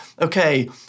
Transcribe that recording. okay